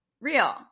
real